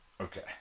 okay